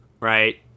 right